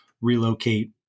relocate